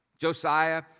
Josiah